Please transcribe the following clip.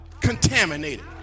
contaminated